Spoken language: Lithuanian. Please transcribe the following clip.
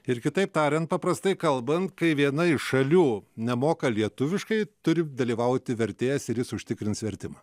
ir kitaip tariant paprastai kalbant kai viena iš šalių nemoka lietuviškai turi dalyvauti vertėjas ir jis užtikrins vertimą